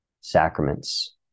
sacraments